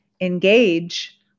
engage